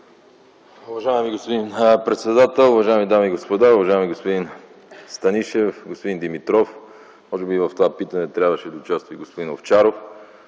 Уважаеми господин председател, уважаеми дами и господа, уважаеми господин Станишев, господин Димитров! Може би в това питане трябваше да участва и господин Овчаров,